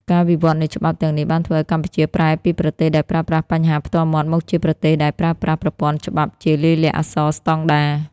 ការវិវត្តនៃច្បាប់ទាំងនេះបានធ្វើឱ្យកម្ពុជាប្រែពីប្រទេសដែលប្រើប្រាស់បញ្ជាផ្ទាល់មាត់ មកជាប្រទេសដែលប្រើប្រាស់ប្រព័ន្ធច្បាប់ជាលាយលក្ខណ៍អក្សរស្ដង់ដារ។